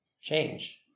change